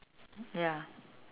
ya